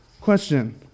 Question